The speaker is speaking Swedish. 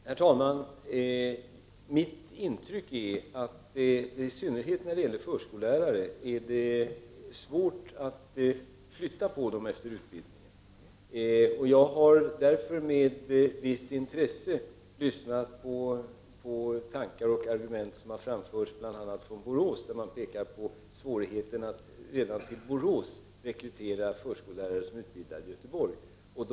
Herr talman! Mitt intryck är att det är svårt, i synnerhet när det gäller förskollärare, att flytta på människor efter utbildningen. Jag har därför med ett visst intresse lyssnat på tankar och argument som har framförts från bl.a. Borås. Man pekar där på svårigheten att enbart till Borås rekrytera förskollärare som är utbildade i Göteborg.